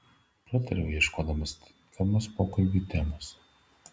pratariau ieškodamas tinkamos pokalbiui temos